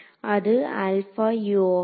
அது சமம்